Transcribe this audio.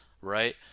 right